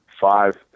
Five